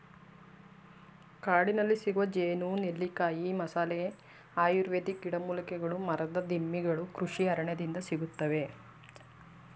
ಕಾಡಿನಲ್ಲಿಸಿಗುವ ಜೇನು, ನೆಲ್ಲಿಕಾಯಿ, ಮಸಾಲೆ, ಆಯುರ್ವೇದಿಕ್ ಗಿಡಮೂಲಿಕೆಗಳು ಮರದ ದಿಮ್ಮಿಗಳು ಕೃಷಿ ಅರಣ್ಯದಿಂದ ಸಿಗುತ್ತದೆ